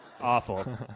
awful